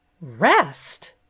rest